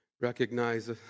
recognize